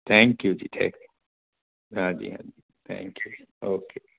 thank you ji thank you ਹਾਂਜੀ ਹਾਂਜੀ thank you ji okay